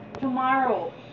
Tomorrow